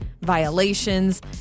violations